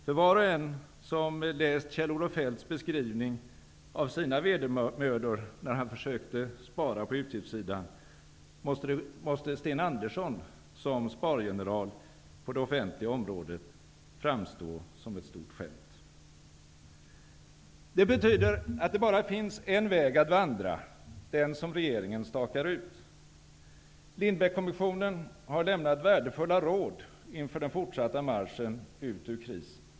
För var och en som läst Kjell-Olof Feldts beskrivning av sina vedermödor när han försökte spara på utgiftssidan måste Sten Andersson som spargeneral på det offentliga området framstå som ett stort skämt. Det betyder att det bara finns en väg att vandra -- den som regeringen stakar ut. Lindbeckkommissionen har lämnat värdefulla råd inför den fortsatta marschen ut ur krisen.